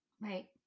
right